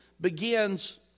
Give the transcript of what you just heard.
begins